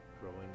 growing